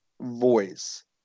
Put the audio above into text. voice